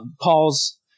Paul's